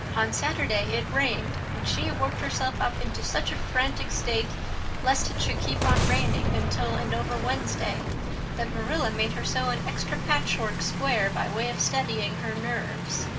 on saturday it rained and she worked herself up into such a frantic state lest it should keep on raining until and over wednesday that marilla made her sew an extra patchwork square by way of steadying her nerves.